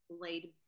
laid